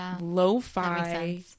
lo-fi